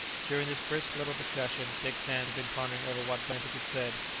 during this brisk little discussion dick sands had been pondering over what benedict had said.